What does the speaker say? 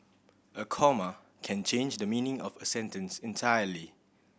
a comma can change the meaning of a sentence entirely